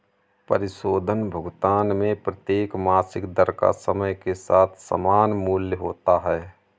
परिशोधन भुगतान में प्रत्येक मासिक दर का समय के साथ समान मूल्य होता है